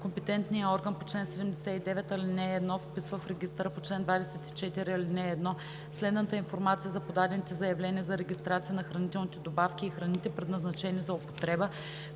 Компетентният орган по чл. 79, ал. 1 вписва в регистъра по чл. 24, ал. 1 следната информация за подадените заявления за регистрация на хранителните добавки и храните, предназначени за употреба